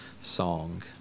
song